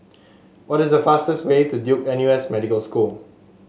what is the fastest way to Duke N U S Medical School